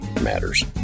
matters